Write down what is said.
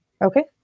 okay